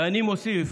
ואני מוסיף